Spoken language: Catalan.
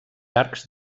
arcs